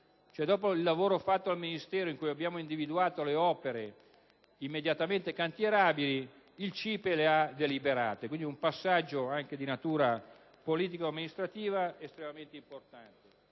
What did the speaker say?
Dopo il lavoro fatto al Ministero, in cui abbiamo individuato le opere immediatamente cantierabili, il CIPE le ha deliberate, quindi è un passaggio anche di natura politico-amministrativa estremamente importante.